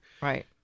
Right